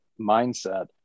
mindset